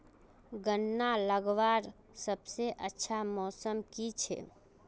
गन्ना लगवार सबसे अच्छा मौसम की छे?